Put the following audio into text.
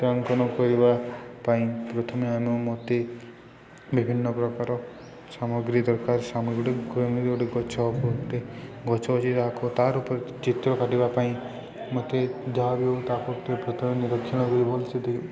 ଚିତ୍ରାଙ୍କନ କରିବା ପାଇଁ ପ୍ରଥମେ ଆମେ ମୋତେ ବିଭିନ୍ନ ପ୍ରକାର ସାମଗ୍ରୀ ଦରକାର ସାମଗ୍ରୀ ଗୋଟେ ଗଛ ଗଟେ ଗଛ ଅଛି ତାହାକୁ ତା'ର ଉପରେ ଚିତ୍ର କାଟିବା ପାଇଁ ମୋତେ ଯାହା ବି ହଉ ତାକୁ ଟିକେ ପ୍ରଥମେ ନିରକ୍ଷଣ କରି ବୋଲି ସେଠି